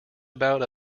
about